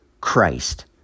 Christ